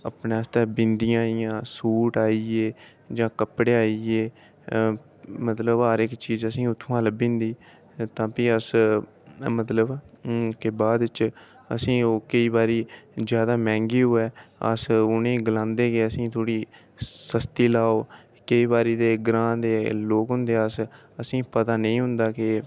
अपने आस्तै बिंदियां आई गेइयां सूट आई गे जां कपड़े आई गे मतलब हर इक चीज असें ई उत्थुआं लब्भी जंदी तां फ्ही अस मतलब के बाद च असें ई ओह् केईं बारी जैदा मैंह्गी होऐ अस उ'नेंगी गलांदे गै असें ई थोह्ड़ी सस्ती लाओ केईं बारी दे ग्रांऽ ते लोक होंदे अस असें ई नेईं पता होंदा के